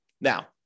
Now